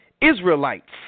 Israelites